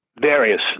various